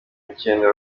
n’icyenda